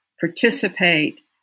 participate